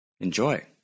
Enjoy